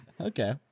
Okay